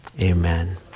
Amen